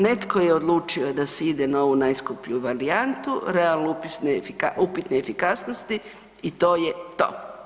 Netko je odlučio da se ide na ovu najskuplju varijantu, realno upitne efikasnosti i to je to.